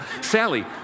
Sally